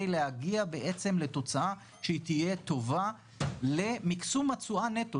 להגיע בעצם לתוצאה שהיא תהיה טובה למקסום התשואה נטו.